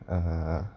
(uh huh)